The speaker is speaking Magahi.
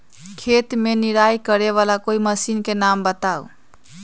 खेत मे निराई करे वाला कोई मशीन के नाम बताऊ?